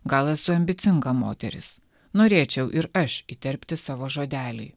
gal esu ambicinga moteris norėčiau ir aš įterpti savo žodelį